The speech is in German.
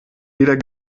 weder